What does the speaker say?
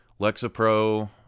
Lexapro